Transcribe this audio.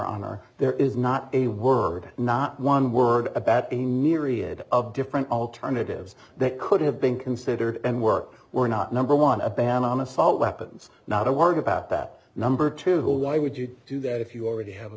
honor there is not a word not one word about a myriad of different alternatives that could have been considered and were were not number one a ban on assault weapons not a word about that number two why would you do that if you already have